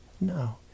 No